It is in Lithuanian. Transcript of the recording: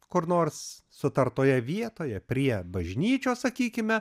kur nors sutartoje vietoje prie bažnyčios sakykime